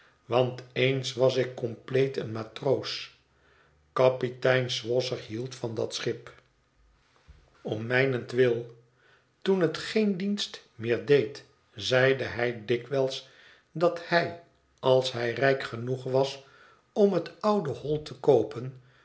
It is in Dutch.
want eens was ik compleet een matroos kapitein swosser hield van dat schip om mijnentwil toen het geen dienst meer deed zeide hij dikwijls dat hij als hij rijk genoeg was om het oude hol te iioopen